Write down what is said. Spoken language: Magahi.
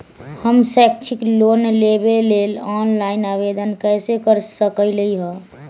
हम शैक्षिक लोन लेबे लेल ऑनलाइन आवेदन कैसे कर सकली ह?